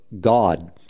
God